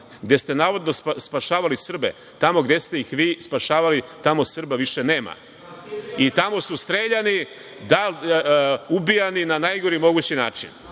gde ste navodno spašavali Srbe, tamo gde ste ih vi spašavali tamo Srba više nema i tamo su streljani, ubijani na najgori mogući način,